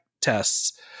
tests